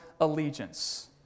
allegiance